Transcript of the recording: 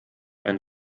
ein